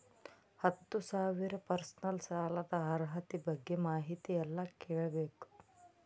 ಹತ್ತು ಸಾವಿರ ಪರ್ಸನಲ್ ಸಾಲದ ಅರ್ಹತಿ ಬಗ್ಗೆ ಮಾಹಿತಿ ಎಲ್ಲ ಕೇಳಬೇಕು?